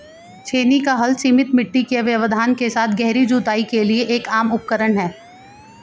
छेनी का हल सीमित मिट्टी के व्यवधान के साथ गहरी जुताई के लिए एक आम उपकरण है